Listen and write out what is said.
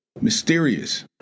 mysterious